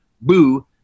boo